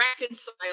reconcile